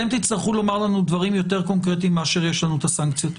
אתם תצטרכו לומר לנו דברים יותר קונקרטיים מאשר ישנו את הסנקציות.